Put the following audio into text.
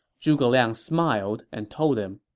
zhuge liang smiled and told him,